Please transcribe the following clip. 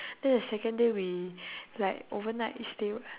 then the second day we like overnight stay [what]